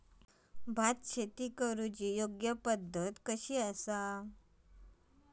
भात शेती करुची योग्य पद्धत कशी आसा?